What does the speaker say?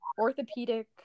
orthopedic